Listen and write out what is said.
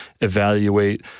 evaluate